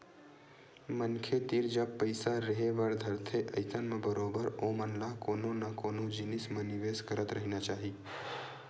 मनखे तीर जब पइसा रेहे बर धरथे अइसन म बरोबर ओमन ल कोनो न कोनो जिनिस म निवेस करत रहिना चाही